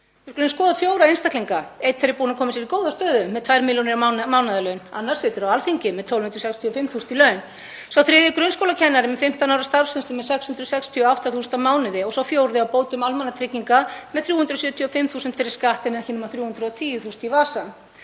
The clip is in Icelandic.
skoða fjóra einstaklinga. Einn þeirra er búinn að koma sér í góða stöðu með 2 milljónir í mánaðarlaun. Annar situr á Alþingi með 1.265.000 kr. í laun. Sá þriðji er grunnskólakennari með 15 ára starfsreynslu með 668.000 kr. á mánuði og sá fjórði á bótum almannatrygginga með 375.000 kr. fyrir skatt en ekki nema 310.000 kr. í vasann.